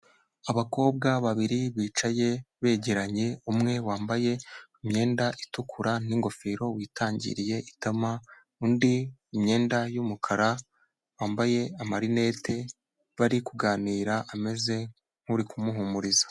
Abakobwa babiri bicaye begeranye, umwe wambaye imyenda itukura n'ingofero witangiriye itama undi imyenda y'umukara wambaye amarinete bari kuganira ameze nk'uri kumuhumuriza.